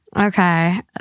Okay